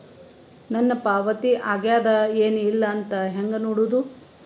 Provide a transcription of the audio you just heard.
ನನ್ನ ಪಾವತಿ ಆಗ್ಯಾದ ಏನ್ ಇಲ್ಲ ಅಂತ ಹೆಂಗ ನೋಡುದು?